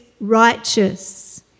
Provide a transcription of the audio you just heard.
righteous